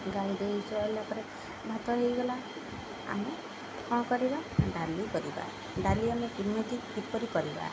ଗାଳି ଦେଇ ପରେ ଭାତ ହେଇଗଲା ଆମେ କ'ଣ କରିବା ଡାଲି କରିବା ଡାଲି ଆମେ କେମିତି କିପରି କରିବା